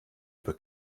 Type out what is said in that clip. über